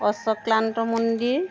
অস্বক্লান্ত মন্দিৰ